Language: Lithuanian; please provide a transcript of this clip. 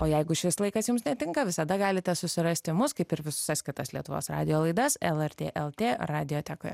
o jeigu šis laikas jums netinka visada galite susirasti mus kaip ir visas kitas lietuvos radijo laidas lrt lt radiotekoje